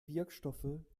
wirkstoffe